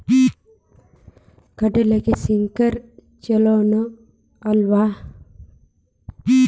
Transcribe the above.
ಕಡ್ಲಿಗೆ ಸ್ಪ್ರಿಂಕ್ಲರ್ ಛಲೋನೋ ಅಲ್ವೋ?